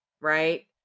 right